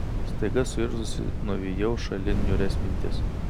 staiga suirzusi nuvijau šalin niūrias mintis